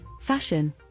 fashion